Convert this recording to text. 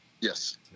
Yes